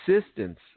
assistance